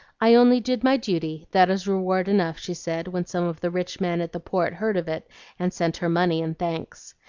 i only did my duty that is reward enough she said, when some of the rich men at the port heard of it and sent her money and thanks.